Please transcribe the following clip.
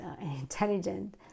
intelligent